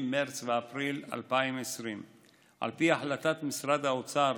מרץ ואפריל 2020. על פי החלטת משרד האוצר,